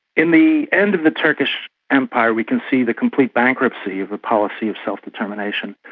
in the end of the turkish empire, we can see the complete bankruptcy of the policy of self-determination.